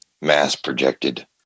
mass-projected